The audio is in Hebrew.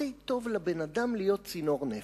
הכי טוב לבן-אדם להיות צינור נפט,